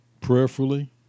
Prayerfully